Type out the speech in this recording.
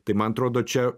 tai man atrodo čia